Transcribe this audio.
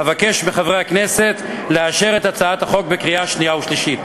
אבקש מחברי הכנסת לאשר את הצעת החוק בקריאה שנייה ושלישית.